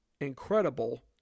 incredible